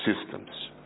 systems